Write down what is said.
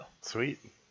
sweet